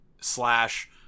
slash